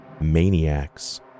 maniacs